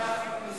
זה כבר לא